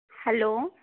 hello